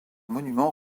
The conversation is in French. monument